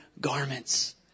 garments